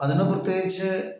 അതിന് പ്രത്യേകിച്ച്